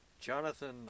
Jonathan